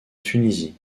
tunisie